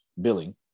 billing